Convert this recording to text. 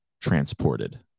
transported